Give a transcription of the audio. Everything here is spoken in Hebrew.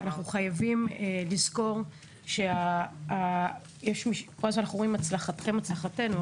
אנחנו חייבים לזכור שכל הזמן אנחנו אומרים הצלחתכם הצלחתנו,